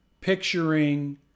picturing